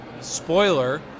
spoiler